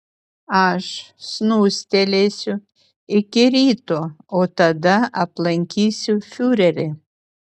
aš snustelėsiu iki ryto o tada aplankysiu fiurerį